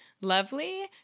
lovely